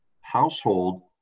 household